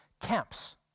camps